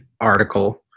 article